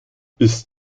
ist